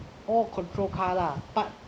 oh control car lah but